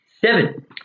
seven